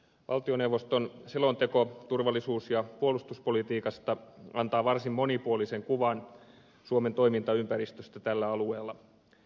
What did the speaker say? valtioneuvoston selonteko turvallisuus ja puolustuspolitiikasta antaa varsin monipuolisen kuvan suomen toimintaympäristöstä tällä alueella